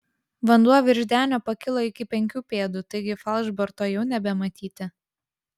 vanduo virš denio pakilo iki penkių pėdų taigi falšborto jau nebematyti